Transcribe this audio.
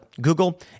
Google